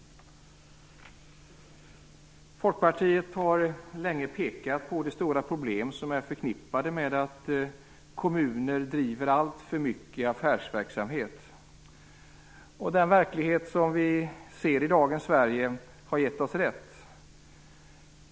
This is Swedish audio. Folkpartiet har länge pekat på de stora problem som är förknippade med att kommuner driver alltför mycket affärsverksamhet. Den verklighet som vi ser i dagens Sverige har gett oss rätt.